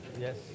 Yes